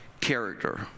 character